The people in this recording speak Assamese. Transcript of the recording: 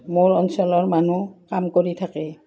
মোৰ অঞ্চলৰ মানুহ কাম কৰি থাকে